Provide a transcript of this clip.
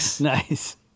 Nice